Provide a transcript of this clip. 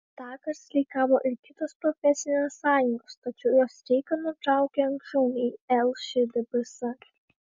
tąkart streikavo ir kitos profesinės sąjungos tačiau jos streiką nutraukė anksčiau nei lšdps